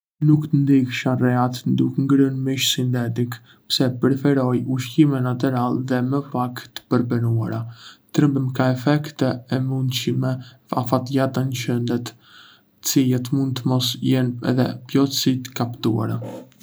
Nuk të ndihesha rehat duke ngrënë mish sintetik, pse preferoj ushqime natyrale dhe më pak të përpunuara. Trëmbem ka efektet e mundshme afatgjata në shëndet, të cilat mund të mos jenë edhé plotësisht të kuptuara.